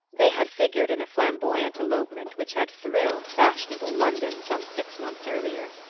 they had figured in a flamboyant elopement which had thrilled fashionable london some six months earlier.